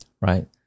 right